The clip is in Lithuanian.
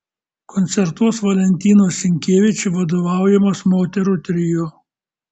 koncertuos valentinos sinkevič vadovaujamas moterų trio